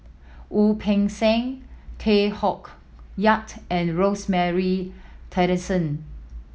Wu Peng Seng Tay Koh Yat and Rosemary Tessensohn